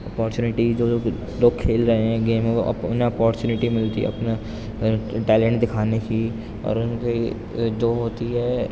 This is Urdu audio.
اپارچونیٹی جو جو لوگ کھیل رہے ہیں گیم وہ انہیں اپارچونیٹی ملتی ہے اپنا ٹیلنٹ دکھانے کی اور ان کی جو وہ ہوتی ہے